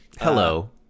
Hello